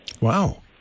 Wow